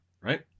right